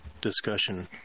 discussion